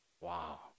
Wow